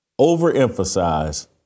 overemphasize